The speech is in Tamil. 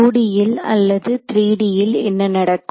2D ல் அல்லது 3D ல் என்ன நடக்கும்